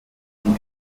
den